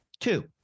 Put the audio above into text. Two